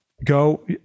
Go